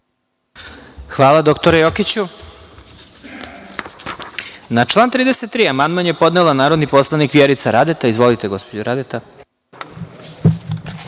Hvala, doktore Jokiću. Na član 33. amandman je podnela narodni poslanik Vjerica Radeta. Izvolite, gospođo Radeta.